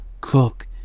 cook